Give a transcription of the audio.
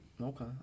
Okay